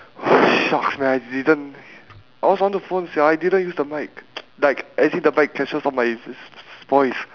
!wah! shucks man I didn't I was on the phone sia I didn't use the mic like as if the mic catches all my v~ v~ voice